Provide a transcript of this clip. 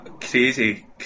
crazy